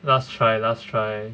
last try last try